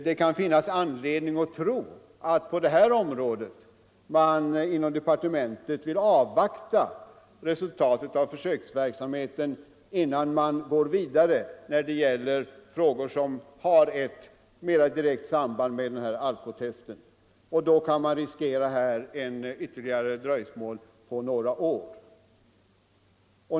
Det kan finnas anledning att tro att man inom departementet vill avvakta resultatet av försöksverksamheten på detta område innan man går vidare när det gäller frågor som har ett mera direkt samband med alkotest. Det skulle kunna föranleda ytterligare dröjsmål på några år.